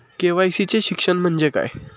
KYC चे शिक्षण म्हणजे काय?